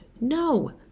No